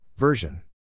Version